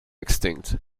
extinct